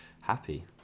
happy